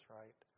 right